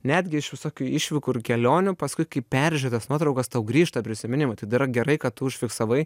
netgi iš visokių išvykų ir kelionių paskui kai peržiūri tas nuotraukas tau grįžta prisiminimai tai yra gerai kad užfiksavai